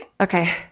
okay